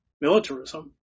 militarism